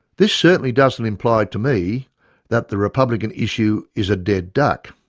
this certainly doesn't imply to me that the republican issue is a dead duck.